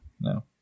No